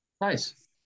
Nice